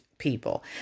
people